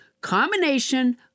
combination